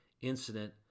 incident